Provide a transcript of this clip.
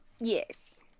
yes